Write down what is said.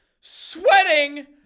sweating